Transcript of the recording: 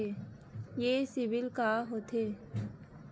ये सीबिल का होथे?